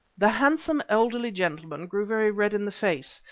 the handsome, elderly gentleman grew very red in the face,